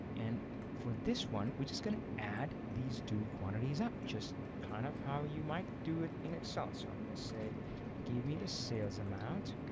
and for this one we're just gonna add these two quantities up just kind of how you might do it in excel so i'm gonna say give me the sales amount